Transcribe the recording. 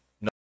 No